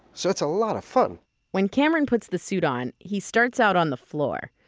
so it's a lot of fun when cameron puts the suit on, he starts out on the floor.